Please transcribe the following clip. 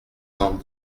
cent